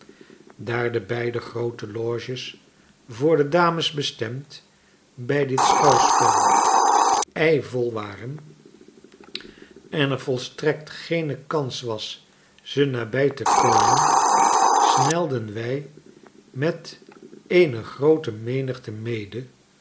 daar de beide groote loges voor de dames bestemd bij dit schouwspel eivol waren en er volstrekt geene kans was ze nabij te komen snelden wij met eene groote menigte mede